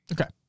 Okay